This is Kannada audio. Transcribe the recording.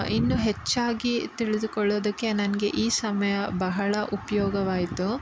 ಇನ್ನು ಹೆಚ್ಚಾಗಿ ತಿಳಿದುಕೊಳ್ಳೋದಕ್ಕೆ ನನಗೆ ಈ ಸಮಯ ಬಹಳ ಉಪಯೋಗವಾಯ್ತು